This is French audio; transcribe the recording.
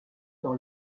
dans